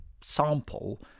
sample